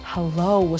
Hello